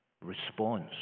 response